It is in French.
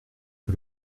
que